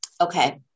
Okay